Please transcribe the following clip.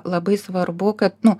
labai svarbu kad nu